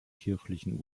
kirchlichen